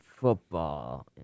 football